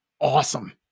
awesome